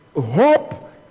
hope